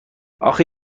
آخه